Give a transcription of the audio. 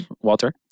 Walter